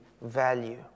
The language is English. value